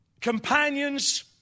companions